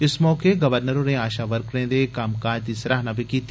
इस मौके गवर्नर होरें आशा वर्करें दे कम्मकाज दी बी सराहना कीती